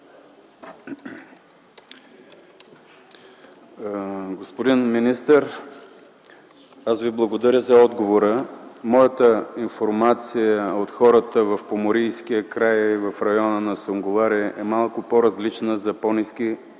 Господин министър, благодаря за отговора. Моята информация от хората в Поморийския край и района на Сунгурларе е малко по-различна – за по-ниски изкупни